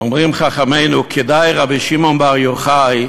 מה שאומרים חכמינו: רבי שמעון בר יוחאי,